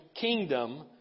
kingdom